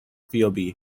phoebe